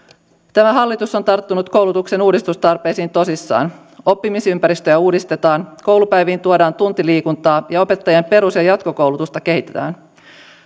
tämä hallitus on tarttunut koulutuksen uudistustarpeisiin tosissaan oppimisympäristöjä uudistetaan koulupäiviin tuodaan tunti liikuntaa ja opettajien perus ja jatkokoulutusta kehitetään